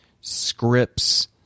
scripts